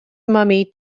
mummy